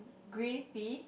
green fee